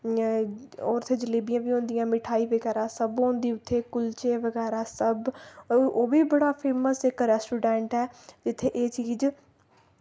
और उत्थै जलेबियां बी होंदियां मिठाई बगैरा सब होंदी उत्थै कुल्चे बगैरा सब ओह् बी बड़ा फेमस इक रेस्टोरैंट ऐ जित्थै एह् चीज